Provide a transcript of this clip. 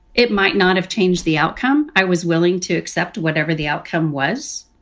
it might not have changed the outcome. i was willing to accept whatever the outcome was,